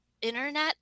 internet